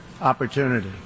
opportunity